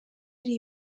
ari